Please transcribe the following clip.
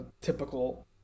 typical